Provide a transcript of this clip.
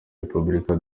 repubulika